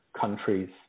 countries